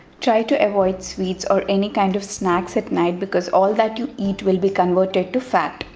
try to avoid sweets or any kind of snacks at night because all that you eat will be converted to fat.